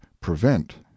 prevent